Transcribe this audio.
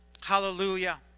Hallelujah